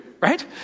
Right